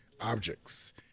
objects